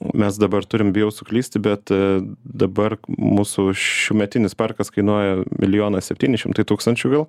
mes dabar turim bijau suklysti bet dabar mūsų šiųmetinis parkas kainuoja milijoną septyni šimtai tūkstančių gal